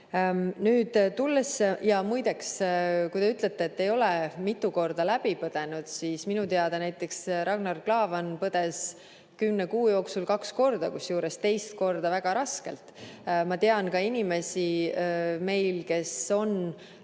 ei ole. Ja muideks, kui te ütlete, et ei ole mitu korda läbi põdenuid, siis minu teada näiteks Ragnar Klavan põdes kümne kuu jooksul kaks korda, kusjuures teist korda väga raskelt. Ma tean ka inimesi, kes on